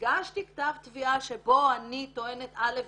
הגשתי כתב תביעה שבו אני טוענת א',